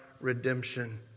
redemption